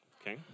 Okay